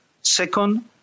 Second